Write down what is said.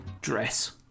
dress